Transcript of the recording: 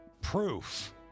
proof